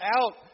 out